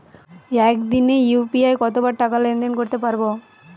একদিনে ইউ.পি.আই কতবার টাকা লেনদেন করতে পারব?